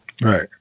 right